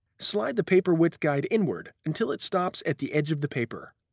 slide the paper width guide inward until it stops at the edge of the paper.